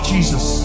Jesus